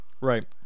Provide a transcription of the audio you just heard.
Right